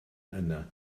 yna